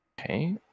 Okay